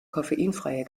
koffeinfreie